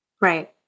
Right